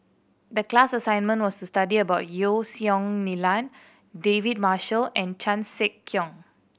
the class assignment was to study about Yeo Song Nian David Marshall and Chan Sek Keong